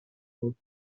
بود